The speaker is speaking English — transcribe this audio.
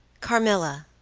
carmilla,